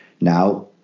Now